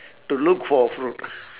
to look for a fruit